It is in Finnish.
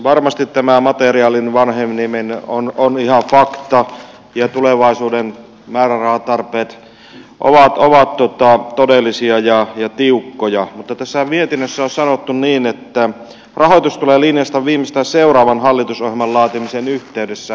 varmasti tämä materiaalin vanheneminen on ihan fakta ja tulevaisuuden määrärahatarpeet todellisia ja tiukkoja mutta tässä mietinnössä on sanottu niin että rahoitus tulee linjata viimeistään seuraavan hallitusohjelman laatimisen yhteydessä